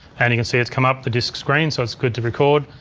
and you can see it's come up, the disks green, so it's good to record.